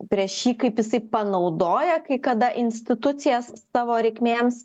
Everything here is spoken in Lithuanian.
prieš jį kaip jisai panaudoja kai kada institucijas savo reikmėms